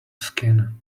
skin